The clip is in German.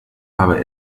aber